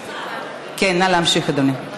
כן, נא להמשיך, אדוני.